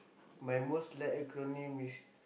my most liked acronym is